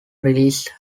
release